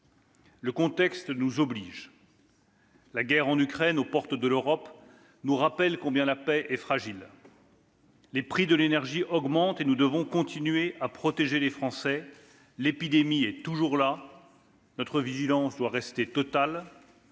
Le contexte nous oblige. La guerre en Ukraine, aux portes de l'Europe, nous rappelle combien la paix est fragile. Les prix de l'énergie augmentent, et nous devons continuer à protéger les Français. L'épidémie est toujours là, et notre vigilance doit rester totale.